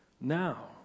now